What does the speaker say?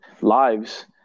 lives